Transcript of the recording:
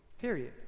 period